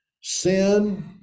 Sin